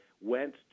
went